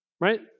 right